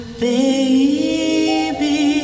baby